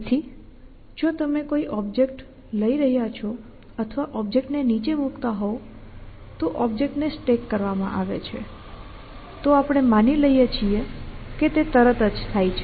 તેથી જો તમે કોઈ ઓબ્જેક્ટ લઈ રહ્યા છો અથવા ઓબ્જેક્ટને નીચે મૂકતા હોવ તો ઓબ્જેક્ટ ને સ્ટેક કરવામાં આવે છે તો આપણે માની લઈએ છીએ કે તે તરત જ થાય છે